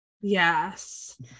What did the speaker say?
Yes